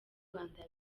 rwanda